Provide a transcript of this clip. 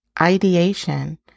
ideation